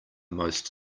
most